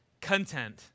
content